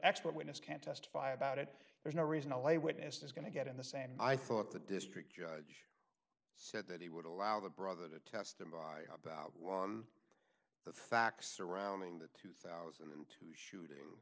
expert witness can't testify about it there's no reason a lay witness is going to get in the same i thought the district judge said that he would allow the brother to test them on the facts surrounding the two thousand and two